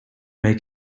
make